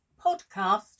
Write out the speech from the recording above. podcast